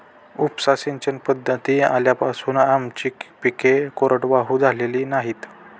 उपसा सिंचन पद्धती आल्यापासून आमची पिके कोरडवाहू झालेली नाहीत